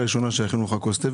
שיכינו לך כוס תה,